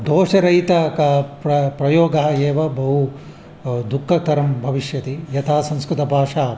दोषरहितः क प्र प्रयोगः एव बहु दुःखकरं भविष्यति यथा संस्कृतभाषा